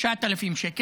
9,000 שקל,